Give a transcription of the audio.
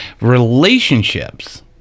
Relationships